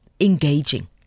engaging